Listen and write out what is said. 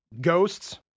ghosts